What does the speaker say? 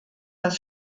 das